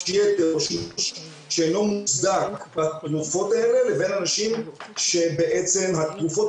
יתר או שימוש שאינו מוצדק בתרופות האלה לבין אנשים שבעצם התרופות